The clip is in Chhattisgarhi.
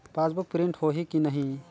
पासबुक प्रिंट होही कि नहीं?